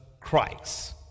Christ